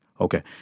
Okay